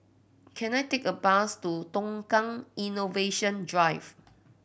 can I take a bus to Tukang Innovation Drive